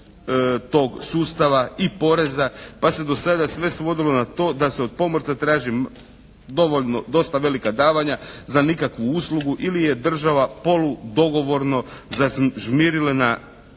tog sustava i poreza, pa se do sada sve svodilo na to da se od pomorca traži dovoljno, dosta velika davanja za nikakvu uslugu ili je država polu dogovorno zažmirila